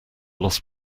lost